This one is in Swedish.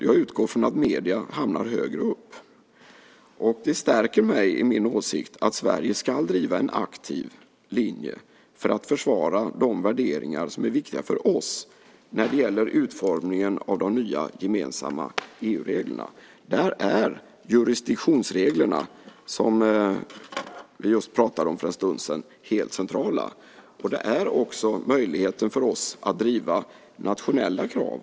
Jag utgår från att medierna hamnar högre upp. Det stärker mig i min åsikt att Sverige ska driva en aktiv linje för att försvara de värderingar som är viktiga för oss när det gäller utformningen av de nya gemensamma EU-reglerna. Där är jurisdiktionsreglerna, som vi pratade om för en stund sedan, helt centrala. Det är också möjligheten för oss att driva nationella krav.